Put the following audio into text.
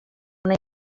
una